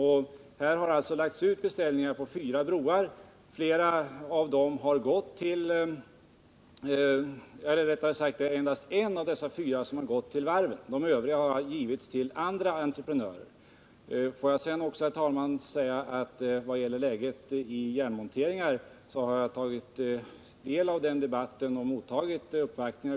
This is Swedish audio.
Här har alltså lagts ut beställningar på fyra broar. Endast en av dessa fyra har gått till varven. De övriga har lämnats till andra entreprenörer. Låt mig också säga, herr talman, att jag har tagit del av debatten vad gäller situationen för AB Järnmontering och mottagit uppvaktningar.